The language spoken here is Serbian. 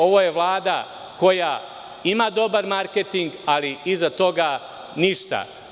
Ovo je Vlada koja ima dobar marketing ali iza toga ništa.